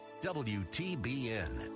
WTBN